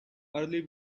early